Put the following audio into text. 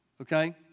okay